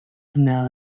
canal